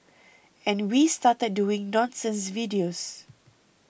and we started doing nonsense videos